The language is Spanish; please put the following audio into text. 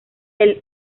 del